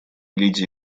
лидия